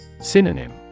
Synonym